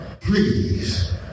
Please